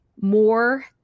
more